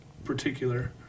particular